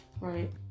Right